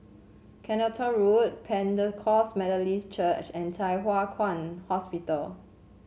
Clacton Road Pentecost Methodist Church and Thye Hua Kwan Hospital